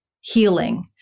healing